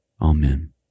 Amen